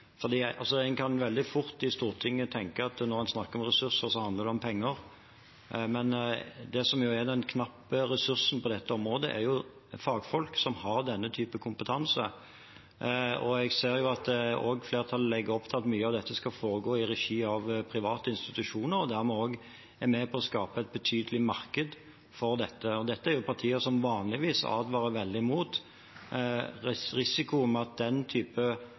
er den knappe ressursen på dette området, er jo fagfolk som har denne typen kompetanse. Jeg ser at flertallet også legger opp til at mye av dette skal foregå i regi av private institusjoner, og vi er da med på å skape et betydelig marked for det. Og dette er partier som vanligvis advarer veldig mot risikoen ved at den type